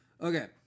okay